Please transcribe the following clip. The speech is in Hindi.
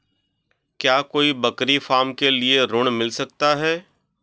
क्या कोई बकरी फार्म के लिए ऋण मिल सकता है?